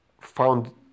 found